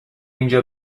اینجا